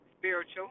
spiritual